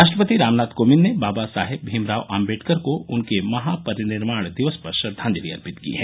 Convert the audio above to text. राष्ट्रपति रामनाथ कोविंद ने बाबा साहेब भीमराव आम्बेडकर को उनके महापरिनिर्वाण दिवस पर श्रद्वांजलि अर्पित की है